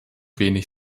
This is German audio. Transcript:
wenig